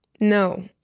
no